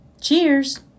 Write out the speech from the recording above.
Cheers